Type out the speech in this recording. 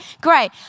Great